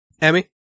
Emmy